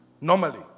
Normally